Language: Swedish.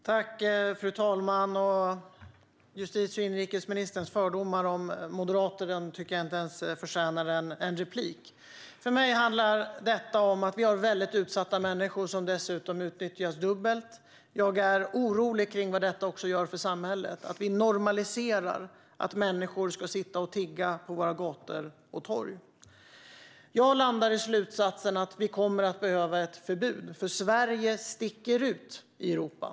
Fru talman! Justitie och inrikesministerns fördomar om moderater tycker jag inte ens förtjänar ett svar. För mig handlar detta om att vi har väldigt utsatta människor som dessutom utnyttjas dubbelt. Jag är orolig för vad detta också gör för samhället - att vi normaliserar att människor sitter och tigger på våra gator och torg. Jag landar i slutsatsen att vi kommer att behöva ett förbud, för Sverige sticker ut i Europa.